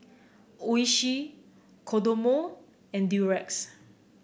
Oishi Kodomo and Durex